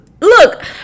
look